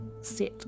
set